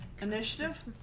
Initiative